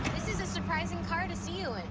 this is a surprising car to see you in.